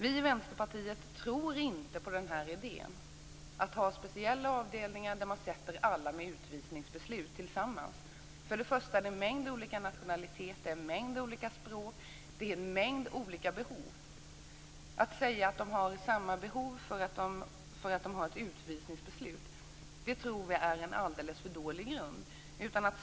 Vi i Vänsterpartiet tror inte på idén med speciella avdelningar där man för samman alla med utvisningsbeslut. Det rör sig ju om en mängd olika nationaliteter, en mängd olika språk och en mängd olika behov. Att säga att de har samma behov därför att de har ett utvisningsbeslut tror vi är en alldeles för dålig grund.